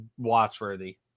watchworthy